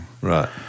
Right